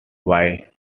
white